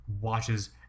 Watches